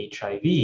HIV